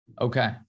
Okay